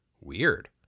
Weird